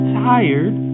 tired